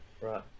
Right